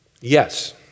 Yes